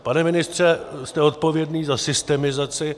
Pane ministře, jste odpovědný za systemizaci.